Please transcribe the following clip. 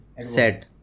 set